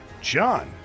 John